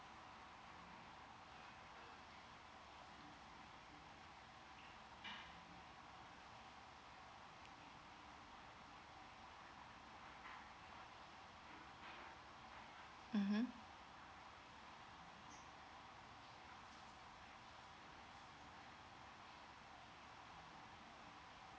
mmhmm